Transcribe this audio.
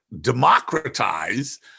democratize